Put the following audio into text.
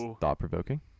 thought-provoking